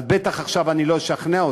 אז בטח עכשיו אני לא אשכנע אותך,